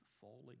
falling